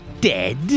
dead